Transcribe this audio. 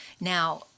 Now